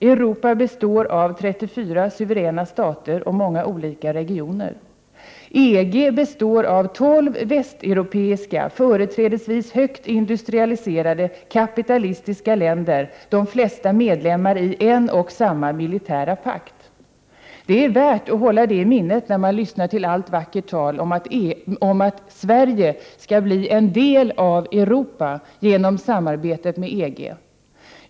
Europa består av 34 suveräna stater och många olika regioner. EG består av 12 västeuropeiska företrädesvis högt industrialiserade, kapitalistiska länder, de flesta medlemmar i en och samma militärpakt. Det är värt att hålla det i minnet när man lyssnar till allt vackert tal om att Sverige skall bli en del av Europa genom samarbetet med EG.